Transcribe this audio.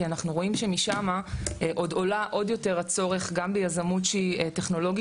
כי אנחנו רואים שמשם עוד עולה עוד יותר הצורך גם ביזמות שהיא טכנולוגית,